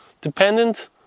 Dependent